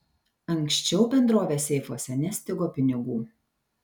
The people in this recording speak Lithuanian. anksčiau bendrovės seifuose nestigo pinigų